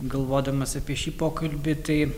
galvodamas apie šį pokalbį tai